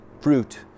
fruit